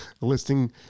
listing